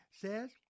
Says